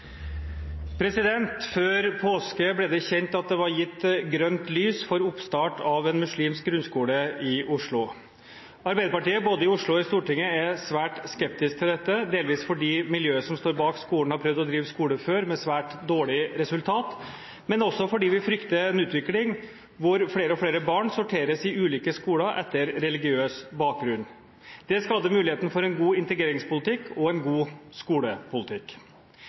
Før påske ble det kjent at det var gitt grønt lys for oppstart av en muslimsk grunnskole i Oslo. Arbeiderpartiet både i Oslo og i Stortinget er svært skeptisk til dette, delvis fordi miljøet som står bak skolen, har prøvd å drive skole før, med svært dårlig resultat, men også fordi vi frykter en utvikling hvor flere og flere barn sorteres i ulike skoler etter religiøs bakgrunn. Det skader muligheten for en god integreringspolitikk og en god skolepolitikk.